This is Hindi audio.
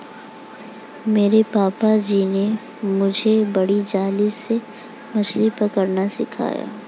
मेरे पापा जी ने मुझे बड़ी जाली से मछली पकड़ना सिखाया